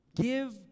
Give